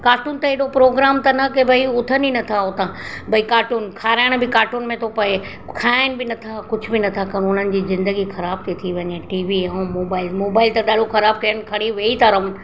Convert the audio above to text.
cartoon त हेॾो programme अथनि की न भई उथनि ई नथां हुतां भाई कार्टून खाराइण बि कार्टुन में थो पए खाइनि बि नथा कुझु बि नथा कनि हुननि जी ज़िंदगी ख़राबु ती थी वञे टी वी ऐं मोबाइल मोबाइल त ॾाढो ख़राबु कइनि खणी वेई था रहनि